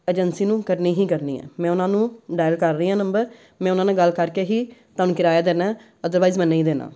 agency ਨੂੰ ਕਰਨੀ ਹੀ ਕਰਨੀ ਹੈ ਮੈਂ ਉਹਨਾਂ ਨੂੰ ਡਾਇਲ ਕਰ ਰਹੀ ਹਾਂ ਨੰਬਰ ਮੈਂ ਉਹਨਾਂ ਨਾਲ ਗੱਲ ਕਰਕੇ ਹੀ ਤੁਹਾਨੂੰ ਕਿਰਾਇਆ ਦੇਣਾ ਹੈ ਅਦਰਵਾਈਜ਼ ਮੈਂ ਨਹੀਂ ਦੇਣਾ